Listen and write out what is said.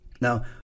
Now